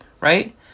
Right